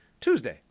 Tuesday